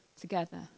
together